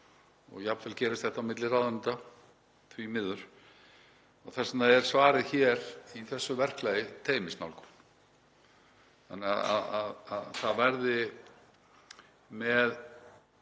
og jafnvel gerist þetta á milli ráðuneyta, því miður. Þess vegna er svarið hér í þessu verklagi teymisnálgun, þannig að það verði með